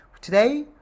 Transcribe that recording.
today